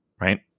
right